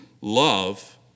Love